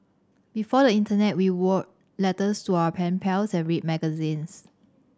before the internet we were letters to our pen pals and read magazines